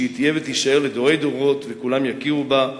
שהיא תהיה ותישאר לדורי דורות וכולם יכירו בה.